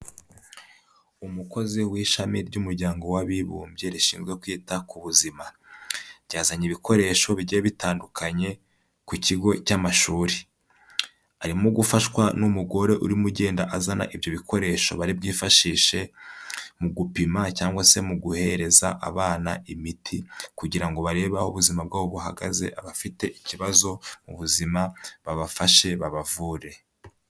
Umukozi w'ishami ry'umuryango w'abibumbye rishinzwe kwita ku buzima. Ryazanye ibikoresho bigiye bitandukanye ku kigo cy'amashuri. Arimo gufashwa n'umugore urimo ugenda azana ibyo bikoresho baribwifashishe mu gupima cyangwa se mu guhereza abana imiti kugira ngo barebe aho ubuzima bwabo buhagaze, abafite ikibazo mu buzima babafashe, babavure.